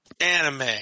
Anime